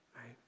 right